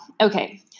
okay